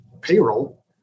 payroll